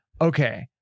okay